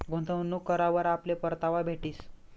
गुंतवणूक करावर आपले परतावा भेटीस